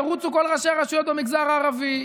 ירוצו כל ראשי הרשויות במגזר הערבי,